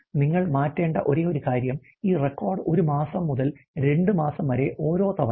നിങ്ങൾ മാറ്റേണ്ട ഒരേയൊരു കാര്യം ഈ റെക്കോർഡ് ഒരു മാസം മുതൽ രണ്ട് മാസം വരെ ഓരോ തവണയും